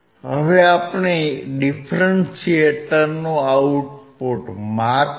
હવે આપણે ડીફરન્શીએટરનું આઉટપુટ માપીએ